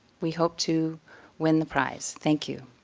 we hope to win the prize. thank you.